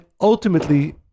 ultimately